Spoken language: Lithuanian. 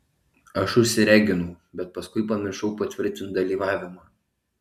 aš užsireginau bet paskui pamiršau patvirtint dalyvavimą